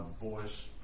voice